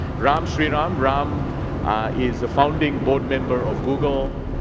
ram shriram. ram is a founding board member of google,